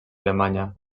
alemanya